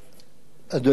אדוני היושב-ראש,